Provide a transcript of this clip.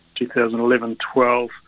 2011-12